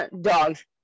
Dogs